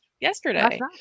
yesterday